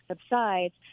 subsides